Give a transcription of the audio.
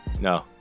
No